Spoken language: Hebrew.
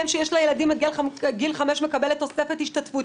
אם שיש לה ילדים עד גיל 5 מקבלת תוספת השתתפות,